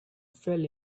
fell